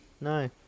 No